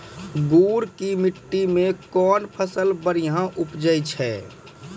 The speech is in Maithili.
गुड़ की मिट्टी मैं कौन फसल बढ़िया उपज छ?